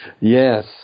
Yes